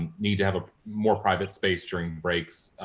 and need to have a more private space during breaks,